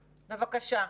בבקשה.